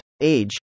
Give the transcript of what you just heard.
age